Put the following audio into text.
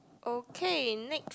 okay next